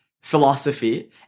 philosophy